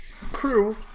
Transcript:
crew